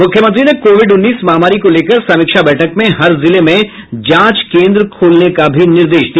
मुख्यमंत्री ने कोविड उन्नीस महामारी को लेकर समीक्षा बैठक में हर जिले में जांच केन्द खोलने का भी निर्देश दिया